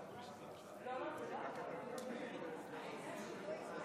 נשים (תיקון, הגבלת פיטורים של אישה